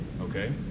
Okay